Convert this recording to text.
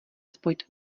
spojit